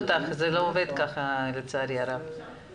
חשוב